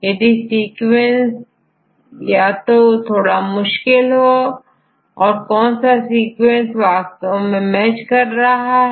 यदि सीक्वेंस था तो यह थोड़ा मुश्किल है कि कौन सा रेसिड्यू वास्तव में मैच कर रहा है